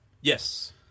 Yes